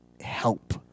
help